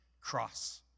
cross